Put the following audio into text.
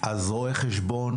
אז רואה חשבון,